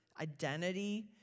identity